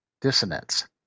dissonance